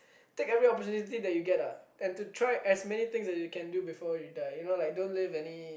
take every opportunity that you get lah and to try as many things as you can do before you die you know like don't leave any